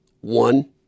one